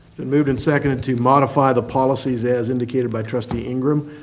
been moved and seconded to modify the policies as indicated by trustee ingram.